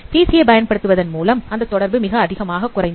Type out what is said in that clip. PCA பயன்படுத்தியதன் மூலம் அந்த தொடர்பு மிக அதிகமாக குறைந்தது